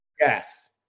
Yes